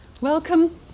welcome